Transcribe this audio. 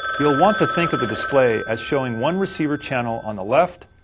you'll want to think of the display as showing one receiver channel on the left,